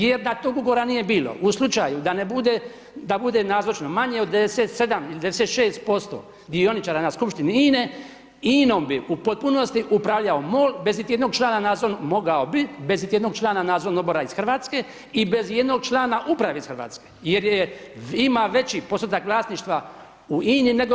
Jer da tog ugovora nije bilo, u slučaju da ne bude, da bude nazočno manje od 97 ili 96% dioničara na skupštine INA-e INA-om bi u potpunosti upravljao MOL bez iti jedno člana nadzornog, mogao bi, bez iti jednog člana nadzornog odbora iz Hrvatske i bez ijednog člana uprave iz Hrvatske jer je ima veći postotak vlasništva u INA-i nego RH.